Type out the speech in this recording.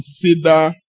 consider